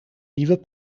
nieuwe